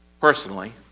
personally